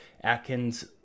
Atkins